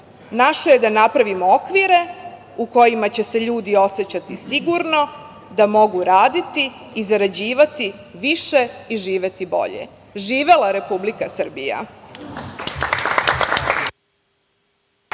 Naše je da napravimo okvire u kojima će se ljudi osećati sigurno, da mogu raditi i zarađivati više i živeti bolje. Živela Republika Srbija.